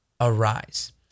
arise